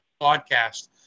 podcast